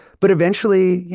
but eventually, yeah